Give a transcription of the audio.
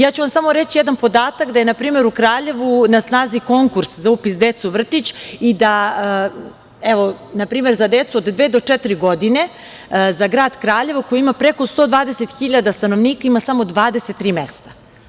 Ja ću vam reći samo jedan podatak, da je npr. u Kraljevu na snazi konkurs za upis dece u vrtić i da npr. za decu od dve do četiri godine za grad Kraljevu koji ima preko 120.000 stanovnika, ima samo 23 mesta.